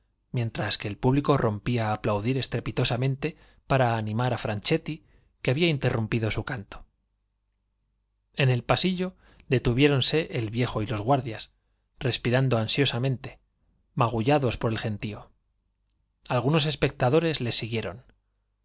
mientras que el público rompía á aplaudir estrepitosamente para animar á franchetti que había interrumpido su canto en el pasillo detuviéronse el viejo y los guardias respirando ansiosamente magullados por el gentío algunos espectadores les siguieron